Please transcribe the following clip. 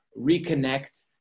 reconnect